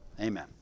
Amen